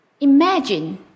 Imagine